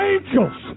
Angels